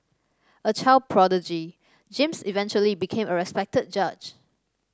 a child prodigy James eventually became a respected judge